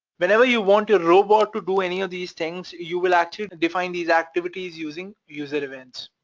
whenever you want a robot to do any of these things, you will actually define these activities using user events,